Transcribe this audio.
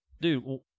dude